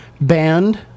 band